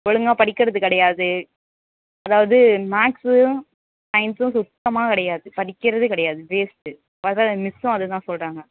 ஒழுங்கா படிக்கிறது கிடையாது அதாவது மேக்ஸும் சைன்ஸும் சுத்தமாக கிடையாது படிக்கிறதே கிடையாது வேஸ்ட்டு வர மிஸ்ஸும் அதை தான் சொல்கிறாங்க